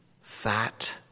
fat